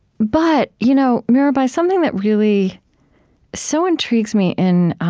but, you know mirabai, something that really so intrigues me in